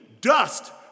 dust